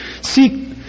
seek